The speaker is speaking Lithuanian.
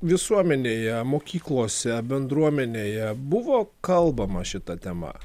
visuomenėje mokyklose bendruomenėje buvo kalbama šita tema